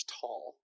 tall